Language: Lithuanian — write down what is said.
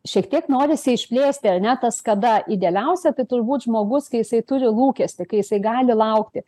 šiek tiek norisi išplėsti ar ne tas kada idealiausia tai turbūt žmogus kai jisai turi lūkestį kai jisai gali laukti